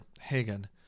Hagen